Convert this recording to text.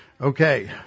Okay